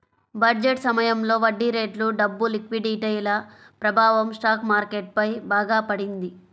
budget సమయంలో వడ్డీరేట్లు, డబ్బు లిక్విడిటీల ప్రభావం స్టాక్ మార్కెట్ పై బాగా పడింది